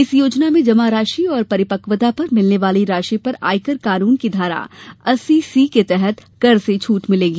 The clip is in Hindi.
इस योजना में जमा राशि और परिपक्वता पर मिलने वाली राशि पर आयकर कानून की धारा अस्सी सी के तहत कर से छूट मिलेगी